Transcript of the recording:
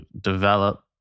develop